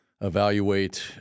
evaluate